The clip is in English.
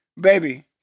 Baby